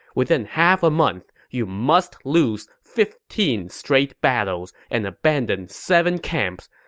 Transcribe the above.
within half a month, you must lose fifteen straight battles and abandon seven camps.